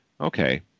Okay